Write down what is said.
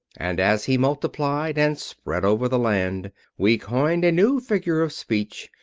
and as he multiplied and spread over the land we coined a new figure of speech.